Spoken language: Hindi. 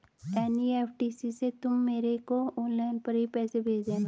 एन.ई.एफ.टी से तुम मेरे को ऑनलाइन ही पैसे भेज देना